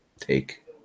take